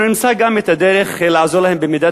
אנחנו נמצא גם את הדרך לעזור להם במידת